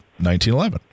1911